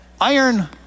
Iron